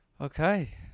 Okay